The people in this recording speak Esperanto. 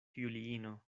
juliino